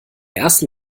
ersten